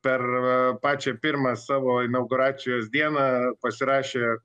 per pačią pirmą savo inauguracijos dieną pasirašė